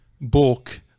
book